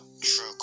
true